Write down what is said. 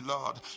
Lord